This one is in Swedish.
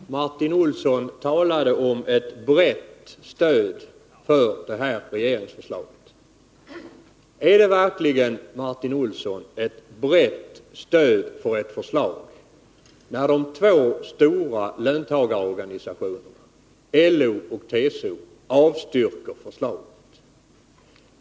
Herr talman! Martin Olsson talade om ett brett stöd för regeringsförslaget. Men är det verkligen, Martin Olsson, ett brett stöd för ett förslag när de två stora löntagarorganisationerna, LO och TCO, avstyrker det?